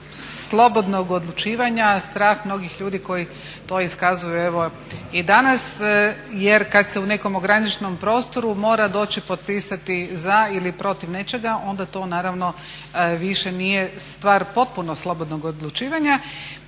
slobodnog odlučivanja, strah mnogih ljudi koji to iskazuju evo i danas jer kad se u nekom ograničenom prostoru mora doći potpisati za ili protiv nečega onda to naravno više nije stvar potpuno slobodnog odlučivanja.